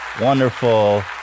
wonderful